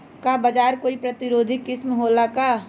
का बाजरा के कोई प्रतिरोधी किस्म हो ला का?